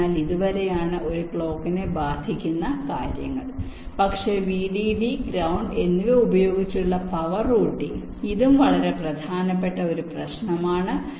അതിനാൽ ഇതുവരെയാണ് ഒരു ക്ലോക്കിനെ ബാധിക്കുന്ന കാര്യങ്ങൾ പക്ഷേ Vdd ഗ്രൌണ്ട് എന്നിവ ഉപയോഗിച്ചുള്ള പവർ റൂട്ടിംഗ് ഇതും വളരെ പ്രധാനപ്പെട്ട പ്രശ്നം ആണ്